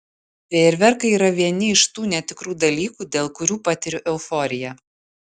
fejerverkai yra vieni iš tų netikrų dalykų dėl kurių patiriu euforiją